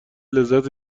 لذت